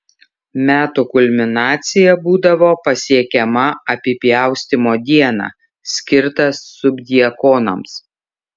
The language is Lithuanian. metų kulminacija būdavo pasiekiama apipjaustymo dieną skirtą subdiakonams